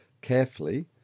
carefully